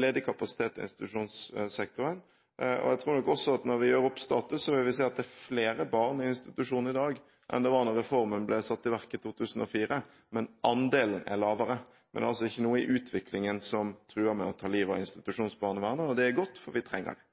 ledig kapasitet i institusjonssektoren, og jeg tror nok også at når vi gjør opp status, vil vi se at det er flere barn i institusjoner i dag enn det var da reformen ble satt i verk i 2004, men andelen er lavere. Det er altså ikke noe i utviklingen som truer med å ta livet av institusjonsbarnevernet – og det er godt, for vi trenger det.